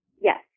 Yes